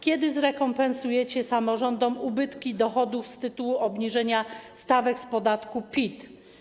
Kiedy zrekompensujecie samorządom ubytki dochodów z powodu obniżenia stawek podatku PIT?